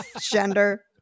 gender